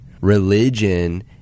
Religion